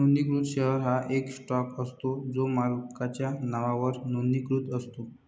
नोंदणीकृत शेअर हा एक स्टॉक असतो जो मालकाच्या नावावर नोंदणीकृत असतो